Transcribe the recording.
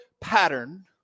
pattern